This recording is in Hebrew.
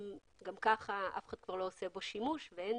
גם כך אף אחד לא עושה בו שימוש ואין